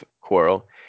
quarrel